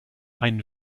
ein